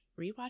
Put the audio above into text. rewatch